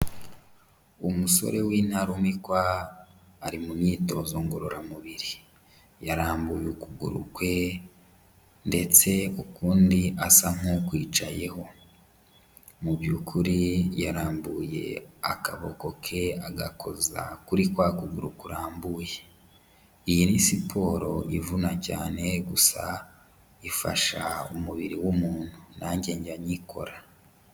Umusore w'intarumikwa ari mu myitozo ngororamubiri, yarambuye ukuguru kwe ndetse ukundi asa nk'ukwicayeho, muby'ukuri yarambuye akaboko ke agakoza kuri kwa kuguru kurambuye, iyi ni siporo ivuna cyane gusa ifasha umubiri w'umuntu, nanjye njya nyikora.